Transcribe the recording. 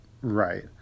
right